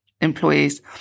employees